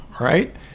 right